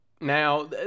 Now